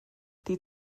die